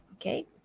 okay